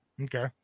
okay